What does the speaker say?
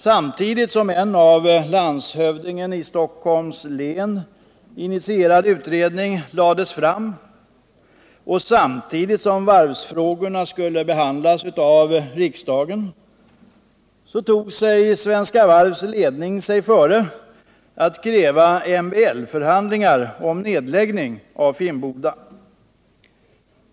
Samtidigt som en av landshövdingen i Stockholms län initierad utredning lades fram och samtidigt som varvsfrågorna skulle behandlas av riksdagen tog Svenska Varvs ledning sig före att kräva MBL-förhandlingar om nedläggning av Finnboda.